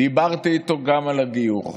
דיברתי איתו גם על הגיור.